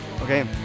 Okay